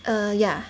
err yeah